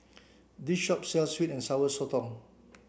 this shop sells sweet and sour sotong